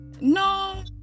No